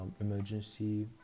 emergency